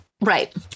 right